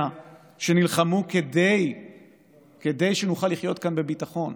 שנלחמו כדי שנוכל לחיות כאן בביטחון,